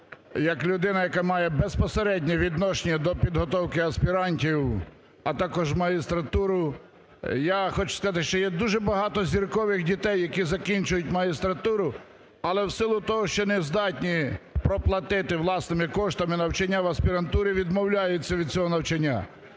як людина ,яка має безпосереднє відношення до підготовки аспірантів, а також магістратуру. Я хочу сказати, що є дуже багато зіркових дітей, які закінчують магістратуру, але в силу того, що не здатні проплатити власними коштами навчання в аспірантурі відмовляються від цього навчання.